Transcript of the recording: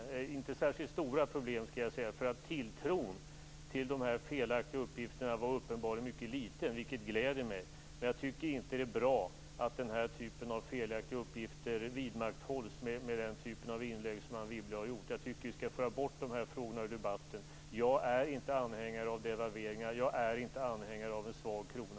Men det är inte särskilt stora problem, skall jag säga, eftersom tilltron till dessa felaktiga uppgifter var uppenbarligen mycket liten, vilket gläder mig. Men jag tycker inte att det är bra att den här typen av felaktiga uppgifter vidmakthålls med den typen av inlägg som Anne Wibble har gjort. Jag tycker att vi skall föra bort dessa frågor ur debatten. Jag är inte anhängare av devalveringar, och jag är inte anhängare av en svag krona.